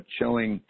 showing